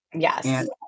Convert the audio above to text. Yes